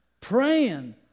praying